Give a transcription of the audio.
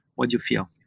what do you feel?